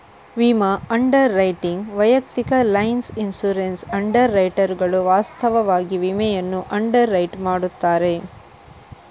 ವಿಮಾ underwriting ವೈಯಕ್ತಿಕ lines insurance ಅಂಡರ್ ರೈಟರುಗಳು ವಾಸ್ತವವಾಗಿ ವಿಮೆಯನ್ನು ಅಂಡರ್ ರೈಟ್ ಮಾಡುತ್ತಾರೆ